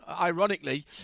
ironically